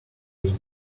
patio